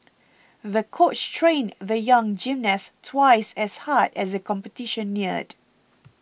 the coach trained the young gymnast twice as hard as the competition neared